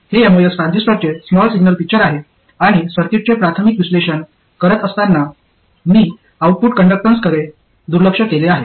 हे एमओएस ट्रान्झिस्टरचे small signal picture आहे आणि सर्किटचे प्राथमिक विश्लेषण करत असताना मी आउटपुट कंडक्टन्स कडे दुर्लक्ष केले आहे